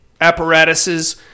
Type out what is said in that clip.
apparatuses